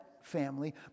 family